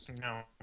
No